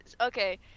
okay